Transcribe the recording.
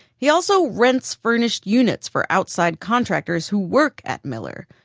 he also rents furnished units for outside contractors who work at miller.